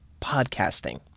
podcasting